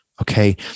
Okay